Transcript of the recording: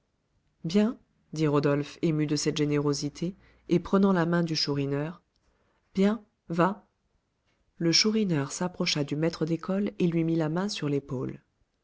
bien dit rodolphe ému de cette générosité et prenant la main du chourineur bien va le chourineur s'approcha du maître d'école et lui mit la main sur l'épaule